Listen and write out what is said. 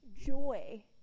joy